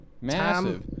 Massive